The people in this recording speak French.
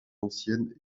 ancienne